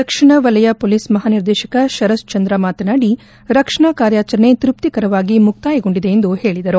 ದಕ್ಷಿಣ ವಲಯ ಪೊಲೀಸ್ ಮಹಾನಿರ್ದೇಶಕ ಶರತ್ಕ್ ಚಂದ್ರ ಮಾತನಾಡಿ ರಕ್ಷಣಾ ಕಾರ್ಯಾಚರಣೆ ತೃಪ್ತಿಕರವಾಗಿ ಮುಕ್ತಾಯಗೊಂಡಿದೆ ಎಂದು ಹೇಳಿದರು